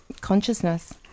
consciousness